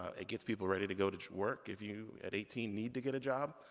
ah it gets people ready to go to to work, if you, at eighteen, need to get a job,